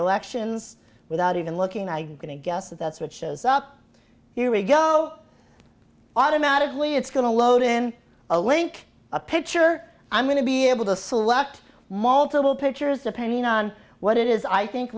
elections without even looking i going to guess that that's what shows up here we go automatically it's going to load in a link a picture i'm going to be able to select multiple pictures opinion on what it is i think